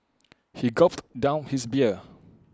he gulped down his beer